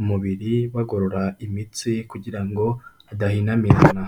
umubiri bagorora imitsi kugira ngo adahinamirana.